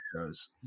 shows